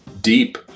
deep